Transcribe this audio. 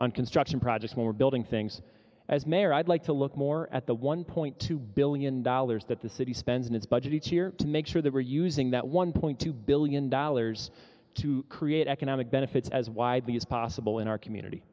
on construction projects more building things as mayor i'd like to look more at the one point two billion dollars that the city spends in its budget each year to make sure that we're using that one point two billion dollars to create economic benefits as widely as possible in our community